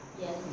Yes